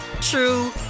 true